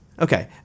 Okay